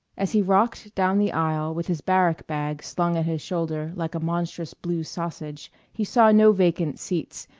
as he rocked down the aisle with his barrack-bag slung at his shoulder like a monstrous blue sausage, he saw no vacant seats,